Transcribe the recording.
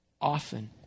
often